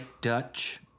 Dutch